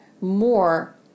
more